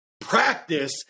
practice